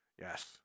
yes